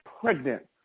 pregnant